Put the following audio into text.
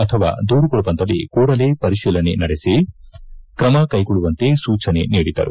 ಅಥವಾ ದೂರುಗಳು ಬಂದಲ್ಲಿ ಕೂಡಲೇ ಪರಿಶೀಲನೆ ನಡೆಸಿ ಕ್ರಮ ಕೈಗೊಳ್ಳುವಂತೆ ಸೂಚನೆ ನೀಡಿದರು